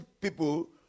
people